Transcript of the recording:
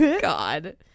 God